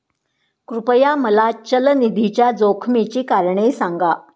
कृपया मला चल निधीच्या जोखमीची कारणे सांगा